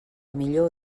millor